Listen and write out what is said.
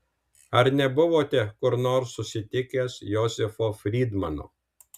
ar nebuvote kur nors susitikęs jozefo frydmano